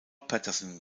patterson